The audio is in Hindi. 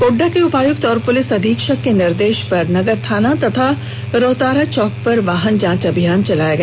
गोड्डा के उपायुक्त और प्रलिस अधीक्षक के निर्देश पर नगर थाना तथा रौहतारा चौक पर वाहन जांच अभियान चलाया गया